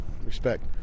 respect